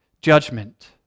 judgment